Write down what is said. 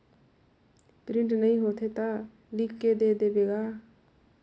Print नइ होथे ता लिख के दे देबे का?